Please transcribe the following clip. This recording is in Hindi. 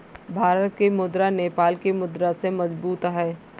भारत की मुद्रा नेपाल की मुद्रा से मजबूत है